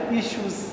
issues